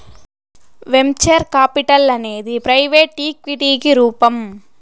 venture capital అనేది private ఈక్విటికి రూపం